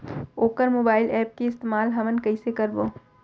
वोकर mobile app के इस्तेमाल हमन कइसे करबो?